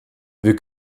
wir